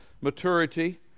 maturity